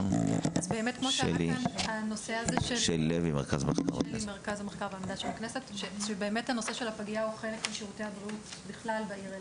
באמת הנושא של הפגייה הוא חלק משירותי הבריאות בכלל בעיר אילת.